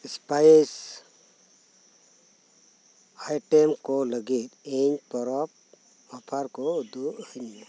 spice item ᱠᱚ ᱞᱟᱹᱜᱤᱫ ᱤᱧ ᱯᱚᱨᱚᱵᱽ ᱚᱯᱷᱟᱨ ᱠᱚ ᱩᱫᱩᱜ ᱟᱹᱧᱢᱮ